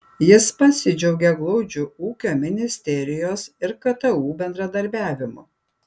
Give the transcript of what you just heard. jis pasidžiaugė glaudžiu ūkio ministerijos ir ktu bendradarbiavimu